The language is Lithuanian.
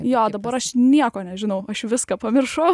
jo dabar aš nieko nežinau aš viską pamiršau